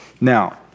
Now